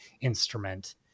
instrument